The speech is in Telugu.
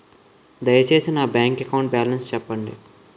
దయచేసి నా బ్యాంక్ అకౌంట్ బాలన్స్ చెప్పండి